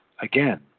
Again